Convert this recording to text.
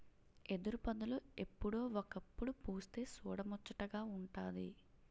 ఎదురుపొదలు ఎప్పుడో ఒకప్పుడు పుస్తె సూడముచ్చటగా వుంటాది